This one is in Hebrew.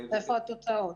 איפה התוצאות?